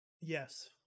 Yes